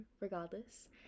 regardless